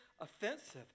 offensive